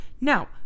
Now